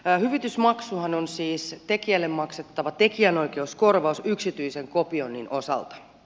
hyvitysmaksuhan on siis tekijälle maksettava tekijänoikeuskorvaus yksityisen kopioinnin osalta